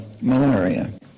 malaria